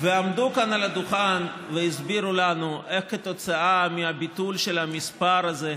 ועמדו כאן על הדוכן והסבירו לנו איך כתוצאה מהביטול של המספר הזה,